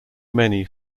many